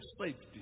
safety